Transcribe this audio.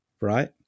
right